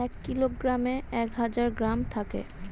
এক কিলোগ্রামে এক হাজার গ্রাম থাকে